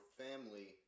family